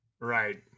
Right